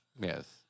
Yes